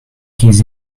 keys